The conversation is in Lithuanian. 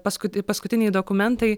pasku paskutiniai paskutiniai dokumentai